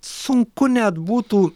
sunku net būtų